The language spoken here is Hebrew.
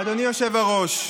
אדוני היושב-ראש,